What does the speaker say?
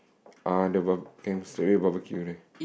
uh the barb~ can straight away barbecue only